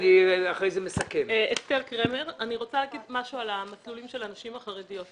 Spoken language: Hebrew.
רוצה לומר משהו על המסלולים של הנשים החרדיות.